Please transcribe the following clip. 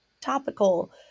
topical